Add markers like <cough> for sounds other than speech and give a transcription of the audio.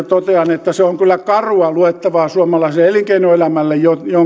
<unintelligible> totean että se on kyllä karua luettavaa suomalaiselle elinkeinoelämälle